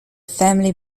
family